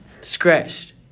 scratched